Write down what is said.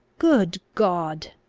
good god!